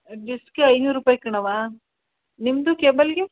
ಡಿಶ್ಗೆ ಐದುನೂರು ರೂಪಾಯಿ ಕಣವ್ವಾ ನಿಮ್ಮದು ಕೇಬಲ್ಲಿಗೆ